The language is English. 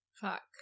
Fuck